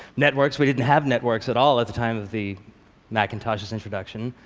networks, we didn't have networks at all at the time of the macintosh's introduction,